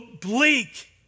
bleak